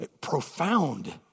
Profound